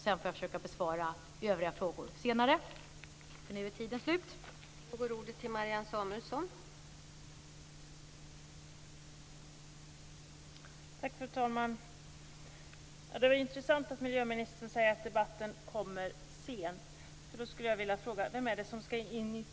Jag får försöka att besvara övriga frågor senare, eftersom min taletid är slut.